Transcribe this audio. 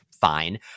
fine